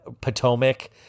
Potomac